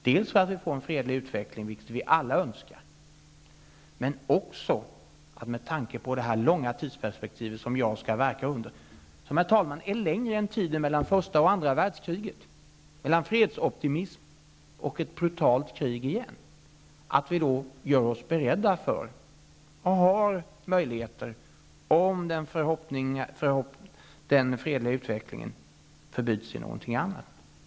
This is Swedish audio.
Det gäller att få en fredlig utveckling -- vilket vi alla önskar -- men också att med tanke på det långa tidsperspektiv som JAS skall verka i, som är längre än tiden mellan första och andra världskriget, mellan fredsoptimism och ett brutalt krig igen, vara beredda, om den fredliga utvecklingen förbyts i något annat.